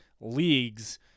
leagues